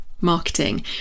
marketing